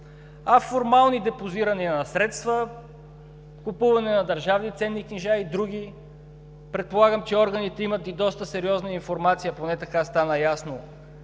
а формални депозирания на средства, купуване на държавни ценни книжа и други. Предполагам, че органите имат и доста сериозна информация, поне така стана ясно,